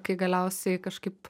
kai galiausiai kažkaip